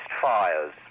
fires